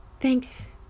thanks